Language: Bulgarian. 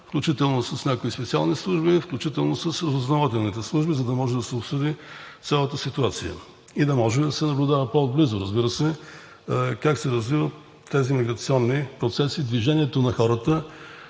включително с някои специални служби, включително с разузнавателните служби, за да може да се обсъди цялата ситуация и да може да се наблюдава по отблизо, разбира се, как се развиват тези миграционни процеси, движението на хората,